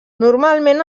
normalment